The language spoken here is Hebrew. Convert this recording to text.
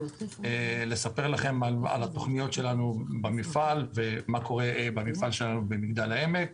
לספר לכם על התוכניות שלנו במפעל ומה קורה במפעל שלנו במגדל העמק.